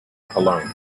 cologne